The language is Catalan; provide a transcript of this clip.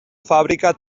fàbrica